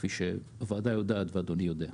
כמו שהוועדה יודעת ואדוני יודע.